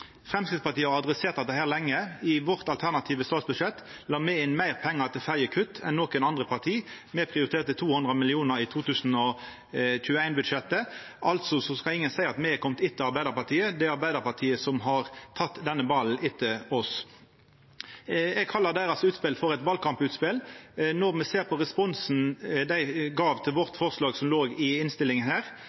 Framstegspartiet har adressert dette lenge. I det alternative statsbudsjettet vårt la me inn meir pengar til ferjepriskutt enn noko anna parti. Me prioriterte 200 mill. kr i 2021-budsjettet. Så ingen skal seia at me har kome etter Arbeidarpartiet – det er Arbeidarpartiet som har teke denne ballen etter oss. Eg kallar utspelet deira for eit valkamputspel, når me ser på responsen dei gav til forslaget vårt